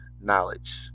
knowledge